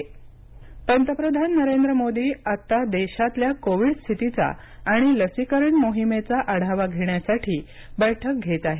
पंतप्रधान पंतप्रधान नरेंद्र मोदी आता देशातल्या कोविड स्थितीचा आणि लसीकरण मोहिमेचा आढावा घेण्यासाठी बैठक घेत आहेत